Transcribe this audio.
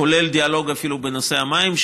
כולל אפילו דיאלוג בנושא המים,